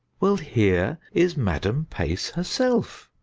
well, here is madame pace herself.